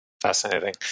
Fascinating